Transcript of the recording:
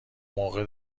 موقع